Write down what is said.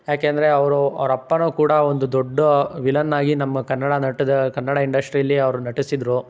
ಯಾಕೆಂದರೆ ಅವರು ಅವರಪ್ಪನೂ ಕೂಡ ಒಂದು ದೊಡ್ಡ ವಿಲನ್ ಆಗಿ ನಮ್ಮ ಕನ್ನಡ ನಟದ ಕನ್ನಡ ಇಂಡಶ್ಟ್ರೀಲಿ ಅವರು ನಟಿಸಿದ್ದರು